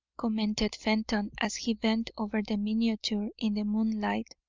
commented fenton, as he bent over the miniature in the moonlight.